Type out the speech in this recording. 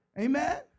Amen